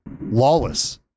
lawless